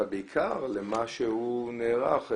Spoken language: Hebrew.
אבל בעיקר למה שהוא נערך,